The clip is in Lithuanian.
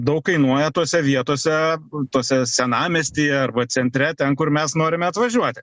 daug kainuoja tose vietose tose senamiesty arba centre ten kur mes norime atvažiuoti